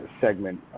segment